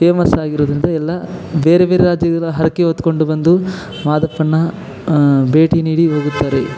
ಫೇಮಸ್ಸಾಗಿರೋದರಿಂದ ಎಲ್ಲ ಬೇರೆ ಬೇರೆ ರಾಜ್ಯದಿಂದ ಹರಕೆ ಹೊತ್ಕೊಂಡು ಬಂದು ಮಾದಪ್ಪನ್ನ ಭೇಟಿ ನೀಡಿ ಹೋಗುತ್ತಾರೆ